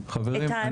חברים,